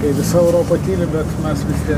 kai visa europa tyli bet mes vistiek